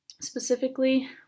specifically